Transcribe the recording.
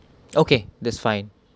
okay that's fine